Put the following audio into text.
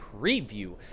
preview